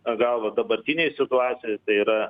gal dabartinėj situacijoj tai yra